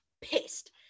pissed